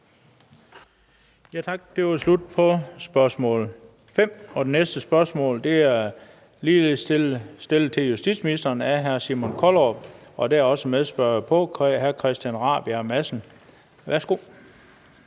Tak. Det var slut på spørgsmål 5. Det næste spørgsmål er ligeledes stillet til justitsministeren af hr. Simon Kollerup. Der er også medspørger på, nemlig hr. Christian Rabjerg Madsen. Kl.